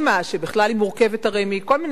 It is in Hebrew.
שבכלל היא מורכבת הרי מכל מיני מפלגות.